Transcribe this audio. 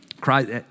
Christ